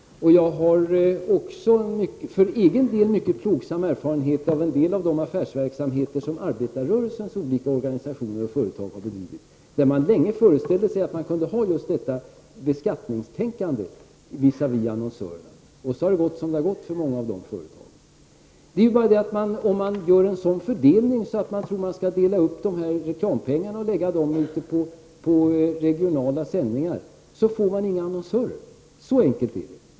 Jag har också en för egen del mycket plågsam erfarenhet av en del av de affärsverksamheter som arbetarrörelsens olika organisationer och företag har bedrivit. Man föreställde sig inom dessa organisationer länge att man kunde ha just detta beskattningstänkande visavi annonsörerna. Så har det också gått som det har gått för många av de företagen. Om man gör en fördelning som går ut på att dela upp reklampengarna och lägga dem på regionala sändningar, får man emellertid inga annonsörer. Så enkelt är det.